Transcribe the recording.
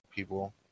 people